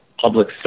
public